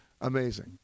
Amazing